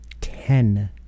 ten